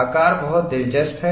आकार बहुत दिलचस्प है